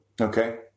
Okay